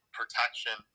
protection